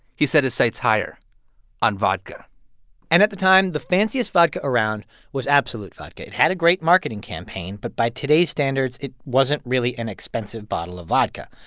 he set his sights higher on vodka and at the time, the fanciest vodka around was absolut vodka. it had a great marketing campaign. but by today's standards, it wasn't really an expensive bottle of vodka.